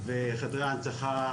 וחדרי ההנצחה